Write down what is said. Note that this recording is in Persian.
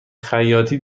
خیاطی